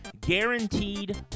guaranteed